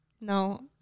No